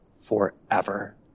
forever